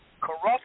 corrupt